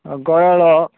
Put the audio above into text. ହଁ ଗୟଳ